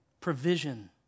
provision